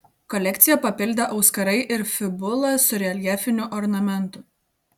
kolekciją papildė auskarai ir fibula su reljefiniu ornamentu